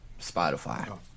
Spotify